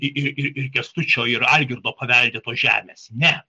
ir ir kęstučio ir algirdo paveldėto žemės ne